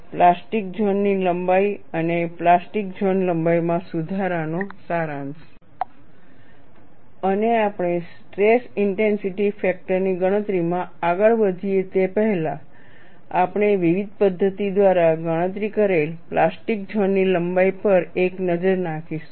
plastic zone ની લંબાઈ અને પ્લાસ્ટિક ઝોન લંબાઈમાં સુધારો સારાંશ અને આપણે સ્ટ્રેસ ઇન્ટેન્સિટી ફેક્ટરની ગણતરીમાં આગળ વધીએ તે પહેલાં આપણે વિવિધ પદ્ધતિઓ દ્વારા ગણતરી કરેલ પ્લાસ્ટિક ઝોન ની લંબાઈ પર એક નજર નાખીશું